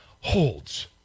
holds